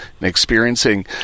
experiencing